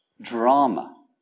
drama